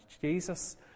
Jesus